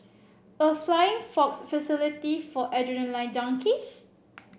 a flying fox facility for adrenaline junkies